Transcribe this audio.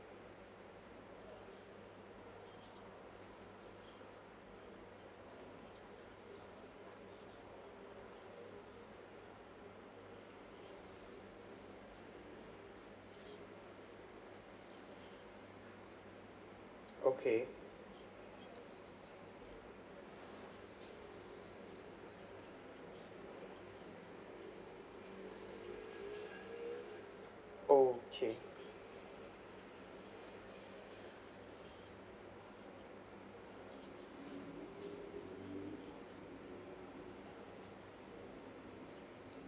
okay okay